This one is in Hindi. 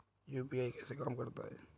यू.पी.आई कैसे काम करता है?